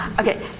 Okay